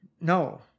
No